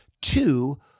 two